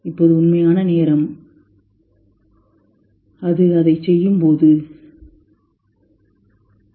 இப்போது உண்மையான நேரம் அது அதைச் செய்யும்போதுதான்